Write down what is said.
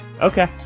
Okay